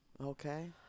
Okay